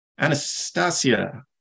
Anastasia